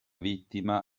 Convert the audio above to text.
vittima